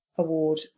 Award